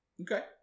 Okay